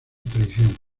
traición